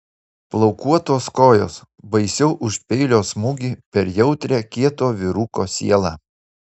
plaukuotos kojos baisiau už peilio smūgį per jautrią kieto vyruko sielą